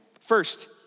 First